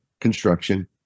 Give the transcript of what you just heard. construction